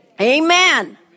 Amen